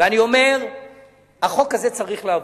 אני אומר שהחוק הזה צריך לעבור.